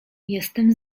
jestem